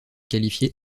qualifié